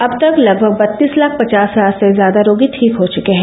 अब तक लगभग बत्तीस लाख पचास हजार से ज्यादा रोगी ठीक हो चुके हैं